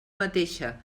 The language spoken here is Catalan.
mateixa